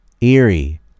Eerie